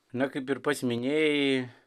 na kaip ir pats minėjai